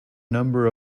number